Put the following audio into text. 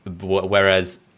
Whereas